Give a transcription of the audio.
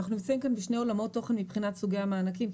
אנחנו נמצאים כאן בשני עולמות תוכן מבחינת סוגי המענקים,